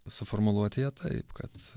suformuluoti ją taip kad